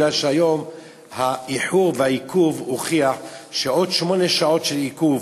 כי היום האיחור והעיכוב הוכיחו שעוד שמונה שעות של עיכוב,